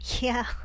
Yeah